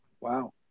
Wow